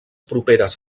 properes